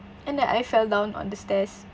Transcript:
and then I fell down on the stairs